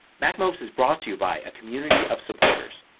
macmost is brought to you by a community of supporters.